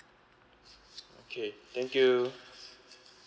okay thank you